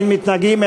אין מתנגדים,